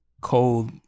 cold